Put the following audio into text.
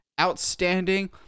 outstanding